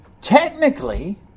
Technically